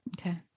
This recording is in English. Okay